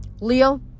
Leo